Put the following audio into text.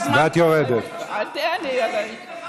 ואתה לא יכול לסתום לי את הפה, את לא תדברי עכשיו.